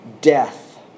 Death